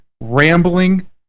rambling